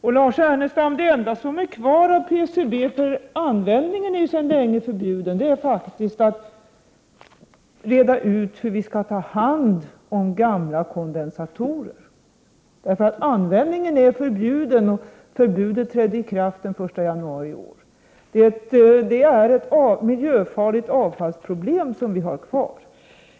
Det enda problem, Lars Ernestam, som är kvar när det gäller PCB, för användningen är ju förbjuden, är att reda ut hur vi skall ta hand om gamla kondensatorer. Användningen är som sagt förbjuden. Förbudet trädde i kraft den 1 januari i år. Det är ett problem med ett miljöfarligt avfall som vi har kvar.